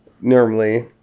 normally